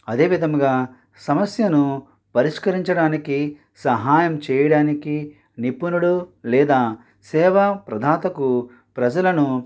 అదే విధముగా సమస్యను పరిష్కరించడానికి సహాయం చేయడానికి నిపుణుడు లేదా సేవా ప్రదాతకు ప్రజలను